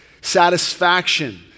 satisfaction